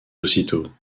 aussitôt